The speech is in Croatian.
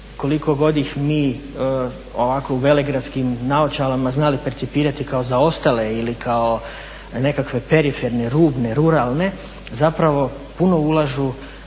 koliko god ih mi ovako u velegradskim naočalama znali percipirati kao zaostale ili kao nekakve periferne, rubne, ruralne zapravo puno ulažu